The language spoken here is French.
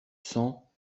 cent